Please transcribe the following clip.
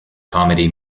comedy